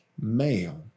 male